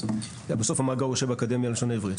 בסוף המאגר יושב באקדמיה ללשון עברית,